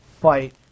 fight